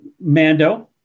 Mando